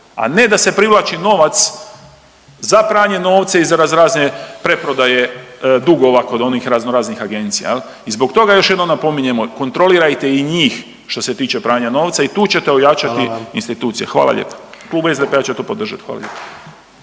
a ne da se privlači novac za pranje novca i za raznorazne preprodaje dugova kod onih raznoraznih agencija i zbog toga još jednom napominjemo, kontrolirajte i njih što se tiče pranja novca i tu ćete ojačati institucije. Hvala lijepa. .../Upadica: Hvala vam./...